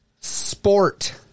sport